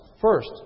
First